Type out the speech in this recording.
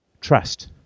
trust